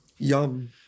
Yum